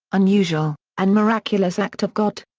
unusual, and miraculous act of god?